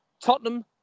Tottenham